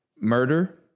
Murder